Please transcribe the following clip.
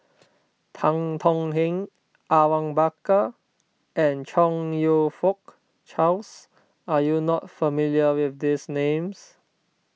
Tan Tong Hye Awang Bakar and Chong You Fook Charles are you not familiar with these names